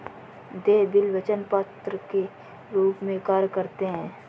देय बिल वचन पत्र के रूप में कार्य करते हैं